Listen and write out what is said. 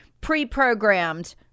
pre-programmed